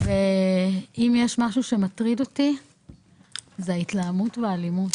אם יש משהו שמטריד אותי זה ההתלהמות והאלימות,